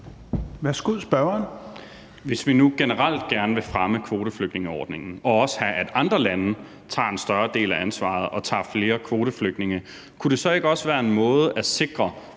Hvis vi nu generelt gerne vil fremme kvoteflygtningeordningen og også have, at andre lande tager en større del af ansvaret og tager flere kvoteflygtninge, kunne det så ikke også være en måde at sikre